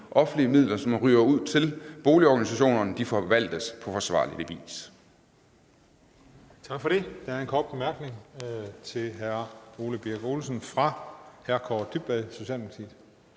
offentlige midler, som ryger ud til boligorganisationerne, forvaltes på forsvarlig vis.